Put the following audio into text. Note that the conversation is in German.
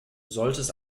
solltest